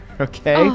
Okay